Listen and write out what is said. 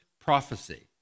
prophecy